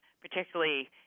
particularly